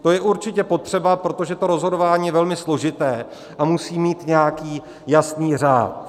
To je určitě potřeba, protože to rozhodování je velmi složité a musí mít nějaký jasný řád.